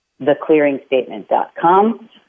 theclearingstatement.com